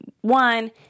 one